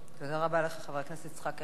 תודה רבה לך, חבר הכנסת יצחק הרצוג.